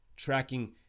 Tracking